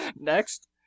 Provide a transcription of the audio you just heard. Next